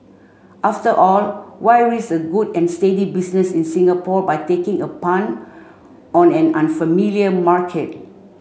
after all why risk a good and steady business in Singapore by taking a punt on an unfamiliar market